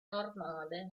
normale